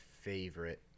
favorite